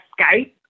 Skype